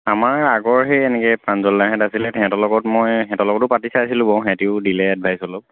আমাৰ আগৰ সেই এনেকৈ প্ৰাঞ্জলহেঁত আছিলে সিহঁতৰ লগতো মই সিহঁতৰ লগতো পাতি চাইছিলোঁ বাৰু সিহঁতিও দিলে এডভাইচ অলপ